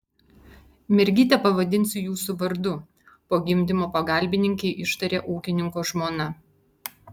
mergytę pavadinsiu jūsų vardu po gimdymo pagalbininkei ištarė ūkininko žmona